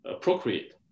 procreate